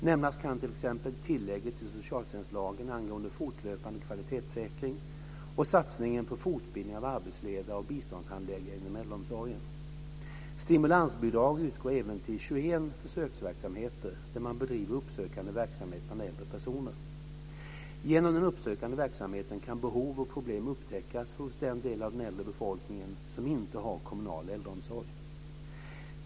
Nämnas kan t.ex. tillägget i socialtjänstlagen angående fortlöpande kvalitetssäkring och satsningen på fortbildning av arbetsledare och biståndshandläggare inom äldreomsorgen. Stimulansbidrag utgår även till 21 försöksverksamheter där man bedriver uppsökande verksamhet bland äldre personer. Genom den uppsökande verksamheten kan behov och problem upptäckas hos den del av den äldre befolkningen som inte har kommunal äldreomsorg.